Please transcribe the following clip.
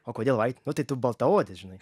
o kodėl vait nu tai tu baltaodis žinai